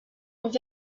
aux